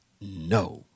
no